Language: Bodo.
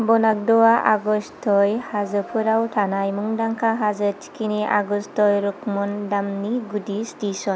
बनाग्धआ अगष्टयै हाजोफोराव थानाय मुंदांखा हाजो थिखिनि अगष्टय रुकमनडामनि गुदि स्टेसन